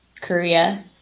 Korea